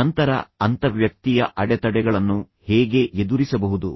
ನಂತರ ಅಂತರ್ವ್ಯಕ್ತೀಯ ಅಡೆತಡೆಗಳನ್ನು ಹೇಗೆ ಎದುರಿಸಬಹುದು